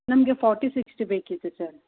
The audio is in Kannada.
ನಮಗೆ ಫಾರ್ಟಿ ಸಿಕ್ಸ್ಟಿ ಬೇಕಿತ್ತು ಸರ್